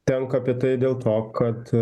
tenka apie tai dėl to kad